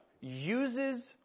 uses